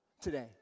today